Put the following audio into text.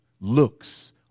looks